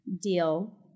deal